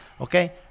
Okay